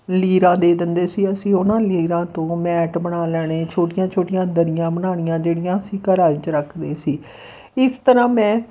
ਲੀਰਾਂ ਦੇ ਦਿੰਦੇ ਸੀ ਅਸੀਂ ਉਹਨਾਂ ਲੀਰਾਂ ਤੋਂ ਮੈਟ ਬਣਾ ਲੈਣੇ ਛੋਟੀਆਂ ਛੋਟੀਆਂ ਦਰੀਆਂ ਬਣਾਉਣੀਆਂ ਜਿਹੜੀਆਂ ਅਸੀਂ ਘਰਾਂ 'ਚ ਰੱਖਦੇ ਸੀ ਇਸ ਤਰ੍ਹਾਂ ਮੈਂ